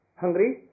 hungry